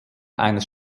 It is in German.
eines